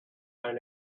own